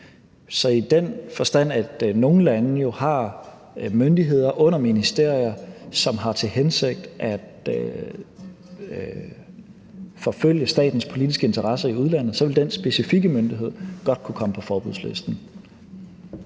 Så i den forstand at nogle lande jo har myndigheder under ministerier, som har til hensigt at forfølge statens politiske interesser i udlandet, vil den specifikke myndighed godt kunne komme på forbudslisten.